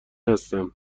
هستم